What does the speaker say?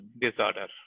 disorder